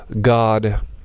God